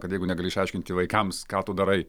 kad jeigu negali aiškinti vaikams ką tu darai